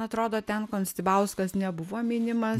atrodo ten konstibauskas nebuvo minimas